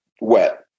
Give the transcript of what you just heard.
wet